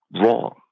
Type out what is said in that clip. wrong